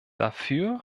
dafür